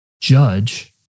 judge